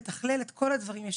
לתכלל את כל הדברים יחד.